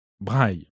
Braille